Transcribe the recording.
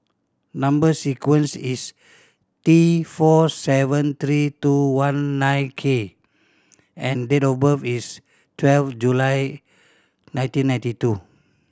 number sequence is T four seven three two one nine K and date of birth is twelve July nineteen ninety two